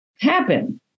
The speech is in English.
happen